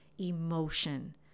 emotion